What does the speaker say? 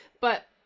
but-